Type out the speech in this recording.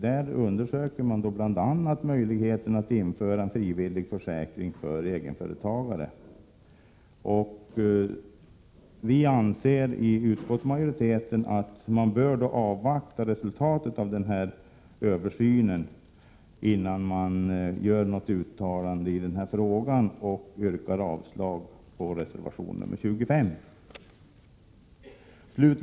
Därvid undersöker man bl.a. möjligheterna att införa frivillig försäkring för egenföretagare. Vi i utskottsmajoriteten anser att man bör avvakta resultatet av denna översyn innan man gör något uttalande i denna fråga. Jag yrkar avslag på reservation 25.